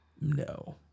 No